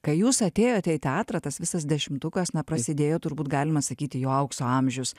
kai jūs atėjote į teatrą tas visas dešimtukas na prasidėjo turbūt galima sakyti jo aukso amžius